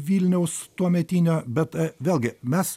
vilniaus tuometinio bet vėlgi mes